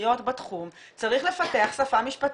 מומחיות בתחום צריך לפתח שפה משפטית.